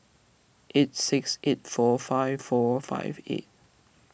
eight six eight four five four five eight